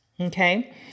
Okay